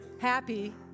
happy